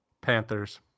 Panthers